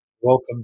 welcome